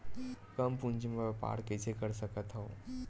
कम पूंजी म व्यापार कइसे कर सकत हव?